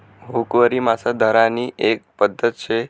हुकवरी मासा धरानी एक पध्दत शे